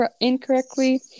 incorrectly